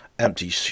empty